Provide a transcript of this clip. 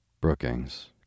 Brookings